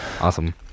awesome